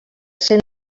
cent